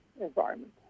environment